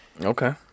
Okay